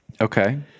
Okay